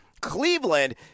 Cleveland